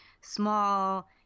small